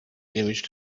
image